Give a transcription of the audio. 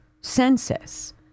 census